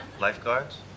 Lifeguards